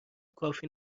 کافی